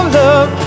love